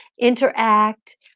interact